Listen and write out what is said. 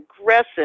aggressive